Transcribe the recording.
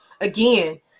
again